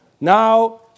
Now